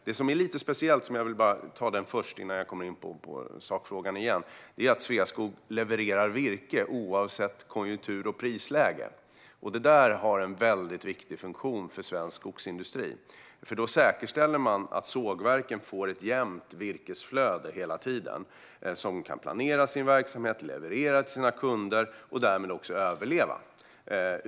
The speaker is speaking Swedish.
Det som är lite speciellt och som jag vill ta upp innan jag kommer in på sakfrågan igen är att Sveaskog levererar virke oavsett konjunktur och prisläge. Det har en väldigt viktig funktion för svensk skogsindustri, för då säkerställer man att sågverken får ett jämnt virkesflöde hela tiden så att de kan planera sin verksamhet, leverera till sina kunder och därmed också överleva.